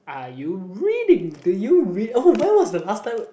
are you reading do you read oh when was the last time